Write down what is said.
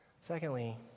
Secondly